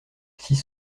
six